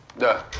the